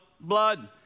blood